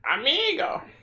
Amigo